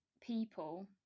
people